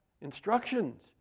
instructions